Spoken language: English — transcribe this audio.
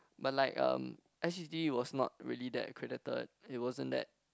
but like um s_u_t_d was not really that accredited it wasn't that